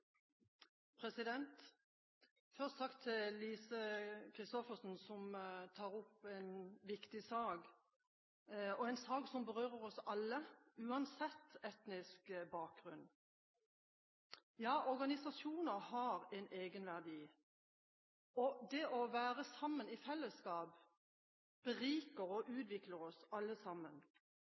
Først takk til Lise Christoffersen, som tar opp en viktig sak, en sak som berører oss alle uansett etnisk bakgrunn. Ja, organisasjoner har en egenverdi, og det å være sammen i fellesskap beriker og utvikler oss alle sammen.